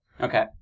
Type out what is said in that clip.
Okay